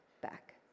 back